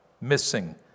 Missing